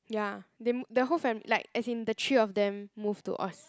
ya they m~ the whole family like as in the three of them move to Aust~